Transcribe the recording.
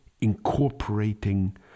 incorporating